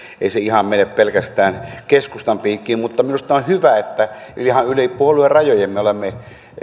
ihan mene pelkästään keskustan piikkiin mutta minusta on hyvä että ihan yli puoluerajojen me olemme